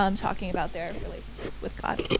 um talking about their relationship with god.